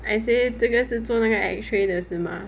I say 这个是做那个 X-ray 的是吗